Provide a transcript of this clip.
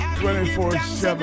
24/7